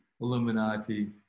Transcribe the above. Illuminati